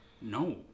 No